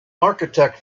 architect